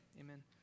Amen